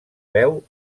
veu